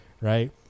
right